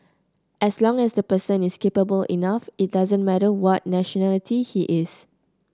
as long as the person is capable enough it doesn't matter what nationality he is